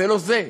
זה לא זה.